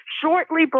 shortly